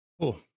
Cool